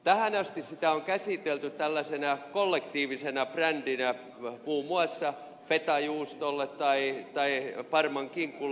tähän asti sitä on käsitelty tällaisena kollektiivisena brändinä muun muassa fetajuustolle tai parmankinkulle